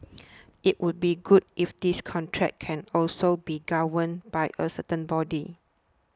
it would be good if this contract can also be governed by a certain body